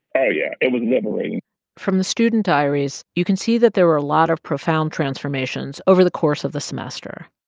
oh, yeah. it was liberating from the student diaries, you can see that there are a lot of profound transformations over the course of the semester,